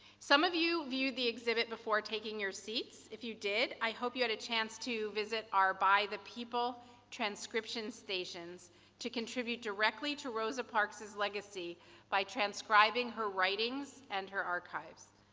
some of you viewed the exhibit before taking your seats. if you did, i hope you had a chance to visit our by the people transcription stations to contribute directly to rosa parks' legacy by transcribing her writings and her archives.